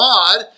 God